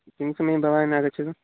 किं समये भवान् आगच्छतु